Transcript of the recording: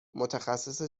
متخصص